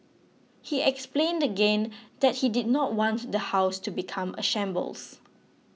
he explained again that he did not want the house to become a shambles